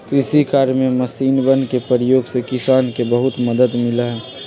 कृषि कार्य में मशीनवन के प्रयोग से किसान के बहुत मदद मिला हई